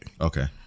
Okay